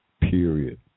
Period